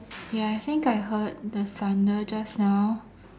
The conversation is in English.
ya I think I heard the thunder just now